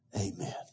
Amen